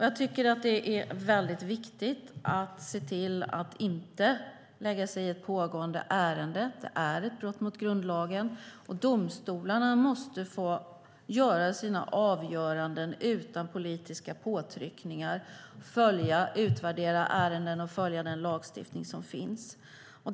Jag tycker att det är viktigt att inte lägga sig i ett pågående ärende. Det är ett brott mot grundlagen, och domstolarna måste få komma till sina avgöranden utan politiska påtryckningar. Man ska utvärdera ärenden och följa den lagstiftning som finns.